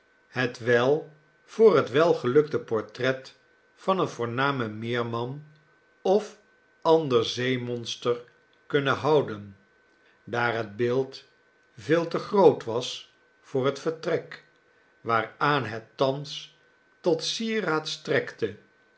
het wel voor het welgelukte portret van een voornamen meerman of ander zeemonster kunnen houden daar het beeld veel te groot was voor het vertrek waaraan het thans tot sieraad strekte